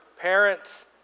parents